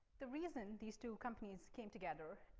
the reason these two companies came together.